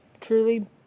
truly